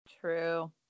true